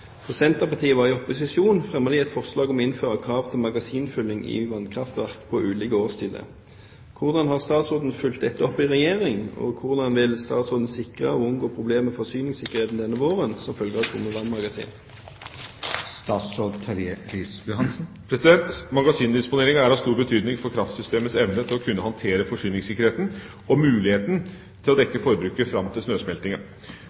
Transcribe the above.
Da Senterpartiet var i opposisjon, fremmet de et forslag om å innføre krav til magasinfylling i vannkraftverk på ulike årstider. Hvordan har statsråden fulgt dette opp i regjering, og hvordan vil statsråden sikre og unngå problemer med forsyningssikkerheten denne våren, som følge av tomme vannmagasin?» Magasindisponeringa er av stor betydning for kraftsystemets evne til å kunne håndtere forsyningssikkerheten og for muligheten til å dekke forbruket fram til snøsmeltinga.